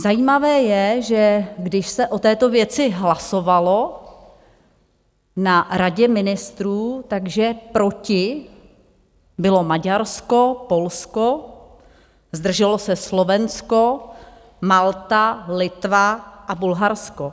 Zajímavé je, že když se o této věci hlasovalo na Radě ministrů, tak že proti bylo Maďarsko, Polsko, zdrželo se Slovensko, Malta, Litva a Bulharsko.